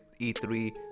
E3